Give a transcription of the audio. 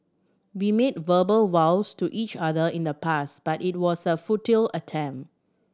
we made verbal vows to each other in the past but it was a futile attempt